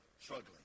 struggling